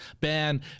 ban